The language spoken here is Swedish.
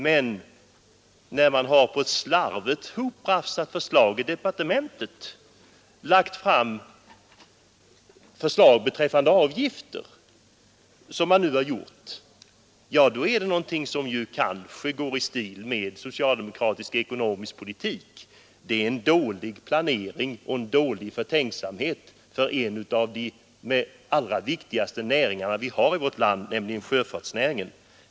Att efter ett slarvigt arbete i departementet lägga fram ett förslag till avgifter, såsom nu har skett, är någonting som går i stil med socialdemokratiskt ekonomisk politik. Det är dålig planering och en dålig förtänksamhet beträffande en av de allra viktigaste näringar vi har i vårt land, nämligen sjöfartsnäringen.